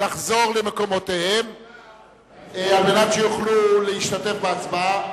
לחזור למקומותיהם על מנת שיוכלו להשתתף בהצבעה.